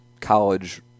college